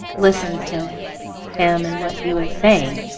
listen to him and what he was saying